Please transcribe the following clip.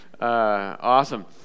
Awesome